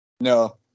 No